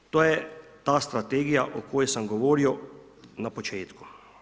To je ta strategija o kojoj sam govorio na početku.